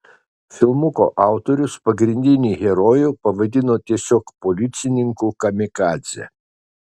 filmuko autorius pagrindinį herojų pavadino tiesiog policininku kamikadze